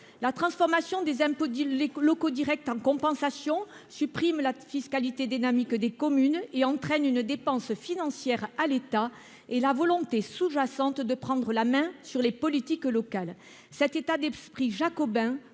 La transformation des impôts locaux directs en compensations supprime la fiscalité dynamique des communes, entraîne une dépendance financière à l'égard de l'État et révèle la volonté sous-jacente de prendre la main sur les politiques locales. Cet état d'esprit jacobin